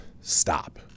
stop